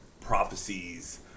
prophecies